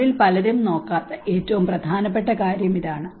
അവരിൽ പലരും നോക്കാത്ത ഏറ്റവും പ്രധാനപ്പെട്ട കാര്യം ഇതാണ്